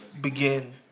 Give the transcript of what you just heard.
Begin